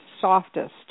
softest